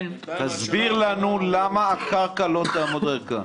תסביר לנו למה הקרקע לא תעמוד ריקה.